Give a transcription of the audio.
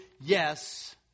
Yes